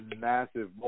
massive